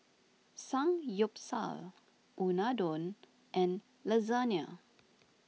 Samgyeopsal Unadon and Lasagna